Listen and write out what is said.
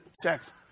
sex